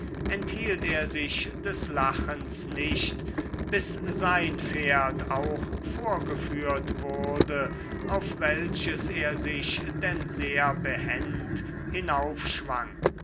enthielt er sich des lachens nicht bis sein pferd auch vorgeführt wurde auf welches er sich denn sehr behend